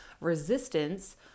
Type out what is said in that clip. resistance